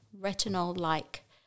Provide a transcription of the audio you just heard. retinol-like